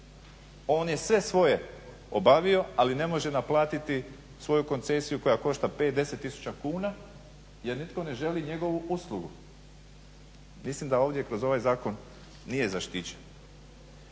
On je sve svoje obavio, ali ne može naplatiti svoju koncesiju koja košta 5, 10 tisuća kuna jer nitko ne želi njegovu uslugu. Mislim da ovdje kroz ovaj zakon nije zaštićen.